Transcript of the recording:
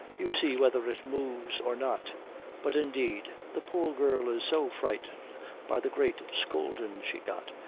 you see whether it moves or not but, indeed, the poor girl is so frightened by the great scowldin' she got,